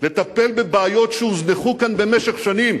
לטיפול בבעיות שהוזנחו כאן במשך שנים.